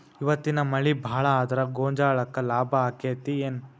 ಇವತ್ತಿನ ಮಳಿ ಭಾಳ ಆದರ ಗೊಂಜಾಳಕ್ಕ ಲಾಭ ಆಕ್ಕೆತಿ ಏನ್?